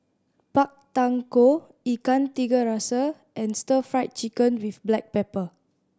Pak Thong Ko Ikan Tiga Rasa and Stir Fried Chicken with black pepper